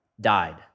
died